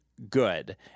good